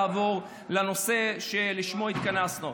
לעבור לנושא שלשמו התכנסנו.